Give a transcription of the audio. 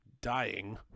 dying